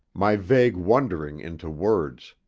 my vague wondering into words.